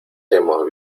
hemos